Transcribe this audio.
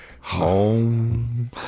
Home